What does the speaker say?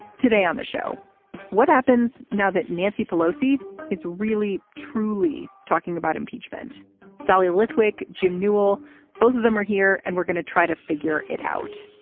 today on the show what happens now that nancy pelosi is really truly talking about impeachment dahlia lithwick jim newell both of them are here and we're going to try to figure it out.